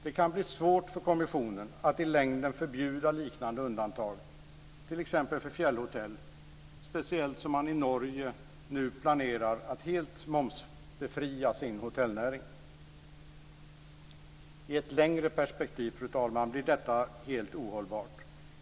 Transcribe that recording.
Det kan bli svårt för kommissionen att i längden förbjuda liknande undantag, t.ex. för fjällhotell - speciellt som man i Norge nu planerar att helt momsbefria sin hotellnäring. I ett längre perspektiv, fru talman, blir detta helt ohållbart.